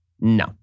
no